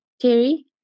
terry